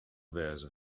wêze